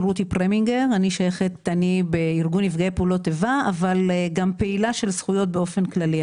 אני בארגון נפגעי פעולות איבה אבל גם פעילה של זכויות באופן כללי.